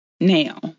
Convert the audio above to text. Now